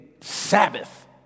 Sabbath